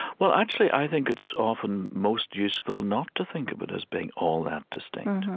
well, actually, i think it's often most useful not to think of it as being all that distinct.